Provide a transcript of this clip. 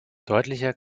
deutlicher